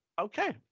Okay